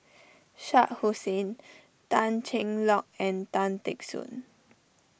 Shah Hussain Tan Cheng Lock and Tan Teck Soon